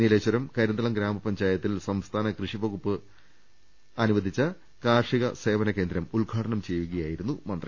നീലേശ്വം കരിന്തളം ഗ്രാമപഞ്ചായത്തിൽ സംസ്ഥാന കൃഷി വകൂപ്പ് അനുവദിച്ച് കാർഷിക സേവന കേന്ദ്രം ഉദ്ഘാടനം ചെയ്യു കയായിരുന്നു മന്ത്രി